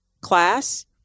class